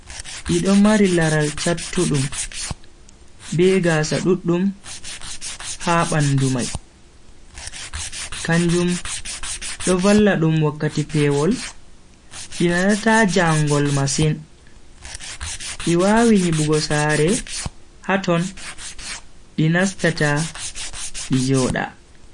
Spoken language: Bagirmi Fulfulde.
Di do mari laral chattudum be gaasa duddum ha bandu mai, kanjum do valla dum wakkati pewol di nanata jangol masin. Di wawi nyibugo sare haton di nastata di jooda.